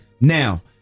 Now